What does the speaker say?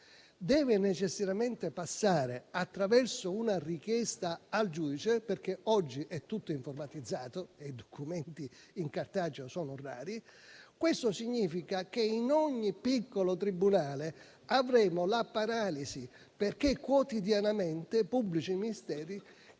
deve necessariamente passare attraverso una richiesta al giudice, perché oggi è tutto informatizzato e i documenti in cartaceo sono rari, questo significa che in ogni piccolo tribunale avremo la paralisi, perché quotidianamente i pubblici ministeri